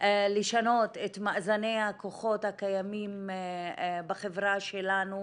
לשנות את מאזני הכוחות הקיימים בחברה שלנו